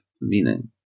meaning